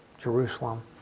Jerusalem